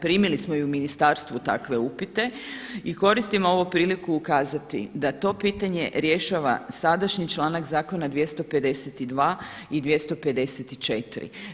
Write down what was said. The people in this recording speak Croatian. Primili smo i u ministarstvu takve upite i koristim ovu priliku ukazati da to pitanje rješava sadašnji članak zakona 252. i 254.